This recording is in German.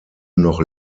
noch